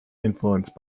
influenced